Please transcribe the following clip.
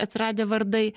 atsiradę vardai